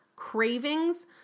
cravings